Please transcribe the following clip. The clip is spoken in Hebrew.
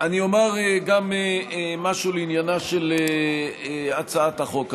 אני אומר גם משהו לעניינה של הצעת החוק הזו.